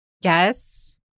Yes